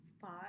five